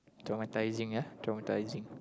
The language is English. traumatising ya traumatising